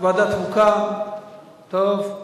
ועדת חוקה, טוב.